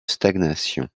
stagnation